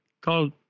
called